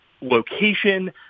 location